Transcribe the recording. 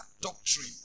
doctrine